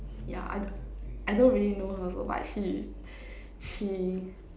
yeah I d~ I don't really know her so but she she